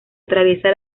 atraviesa